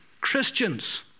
Christians